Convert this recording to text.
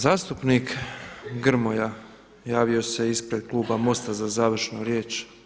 Zastupnik Grmoja javio se ispred Kluba Mosta za završnu riječ.